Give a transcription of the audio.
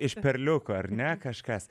iš perliuko ar ne kažkas